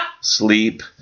sleep